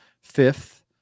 fifth